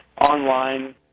online